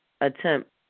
attempt